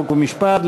חוק ומשפט,